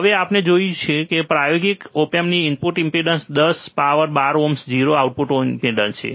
અને આપણે જોશું કે પ્રાયોગિક ઓપ એમ્પની input impedance 10 power 12 ohm 0 output impedance છે